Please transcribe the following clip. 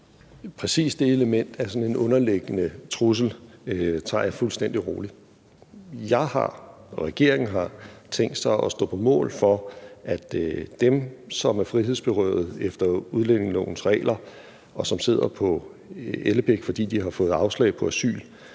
Præcis det element af sådan en underliggende trussel tager jeg fuldstændig roligt. Jeg har, og regeringen har tænkt sig at stå på mål for, at dem, som er frihedsberøvet efter udlændingelovens regler, og som sidder på Ellebæk, fordi de har fået afslag på asyl